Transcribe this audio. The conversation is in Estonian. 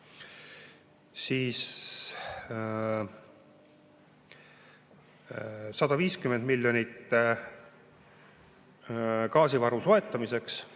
150 miljonit gaasivaru soetamiseks.